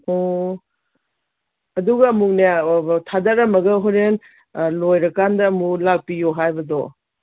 ꯑꯣ ꯑꯗꯨꯒ ꯑꯃꯨꯛꯅꯦ ꯊꯥꯗꯔꯝꯃꯒ ꯍꯣꯔꯦꯟ ꯂꯣꯏꯔꯀꯥꯟꯗ ꯑꯃꯨꯛ ꯂꯥꯛꯄꯤꯌꯣ ꯍꯥꯏꯕꯗꯣ